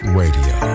radio